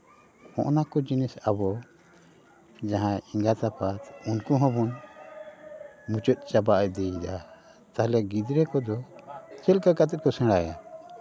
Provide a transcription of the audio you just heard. ᱦᱸᱚᱜᱼᱱᱟᱠᱚ ᱡᱤᱱᱤᱥ ᱟᱵᱚ ᱡᱟᱦᱟᱸᱭ ᱮᱸᱜᱟᱛᱼᱟᱯᱟᱛ ᱩᱱᱠᱩ ᱦᱚᱸᱵᱚᱱ ᱢᱩᱪᱟᱹᱫ ᱪᱟᱵᱟ ᱤᱫᱤᱭᱮᱫᱟ ᱛᱟᱦᱞᱮ ᱜᱤᱫᱽᱨᱟᱹ ᱠᱚᱫᱚ ᱪᱮᱫ ᱞᱮᱠᱟ ᱠᱟᱛᱮᱫ ᱠᱚ ᱥᱮᱬᱟᱭᱟ